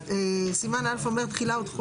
בסעיף 73(1)